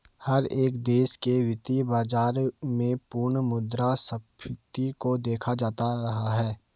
हर एक देश के वित्तीय बाजार में पुनः मुद्रा स्फीती को देखा जाता रहा है